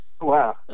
Wow